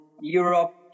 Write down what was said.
Europe